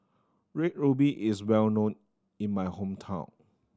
Red Ruby is well known in my hometown